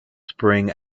spring